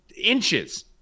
inches